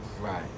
Right